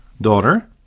daughter